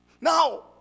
Now